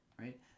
right